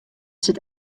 sit